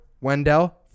Wendell